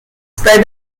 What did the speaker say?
spread